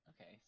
Okay